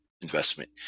investment